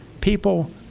people